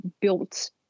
built